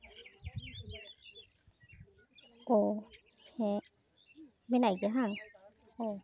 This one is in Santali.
ᱚ ᱦᱮᱸ ᱢᱮᱱᱟᱜ ᱜᱮᱭᱟ ᱵᱟᱝ ᱚ